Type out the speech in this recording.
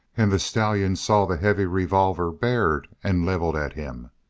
and the stallion saw the heavy revolver bared and levelled at him,